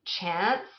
chance